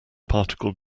particle